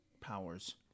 powers